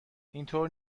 اینطور